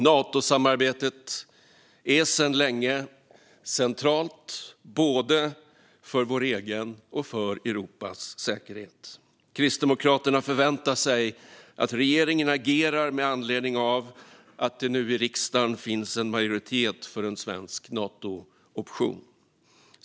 Natosamarbetet är sedan länge centralt för både vår egen och Europas säkerhet. Kristdemokraterna förväntar sig att regeringen agerar med anledning av att det nu finns en majoritet i riksdagen för en svensk Nato-option.